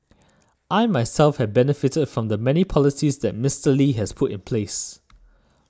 I myself have benefited from the many policies that Mister Lee has put in place